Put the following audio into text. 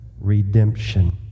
redemption